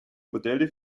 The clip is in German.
modelle